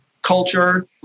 culture